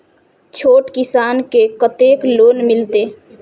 छोट किसान के कतेक लोन मिलते?